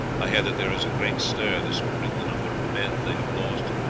i hear that there is a great stir this morning. the number of men they have lost,